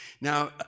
Now